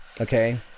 Okay